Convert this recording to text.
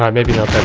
um maybe not that